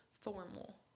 formal